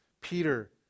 Peter